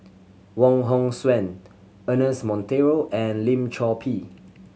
Wong Hong Suen Ernest Monteiro and Lim Chor Pee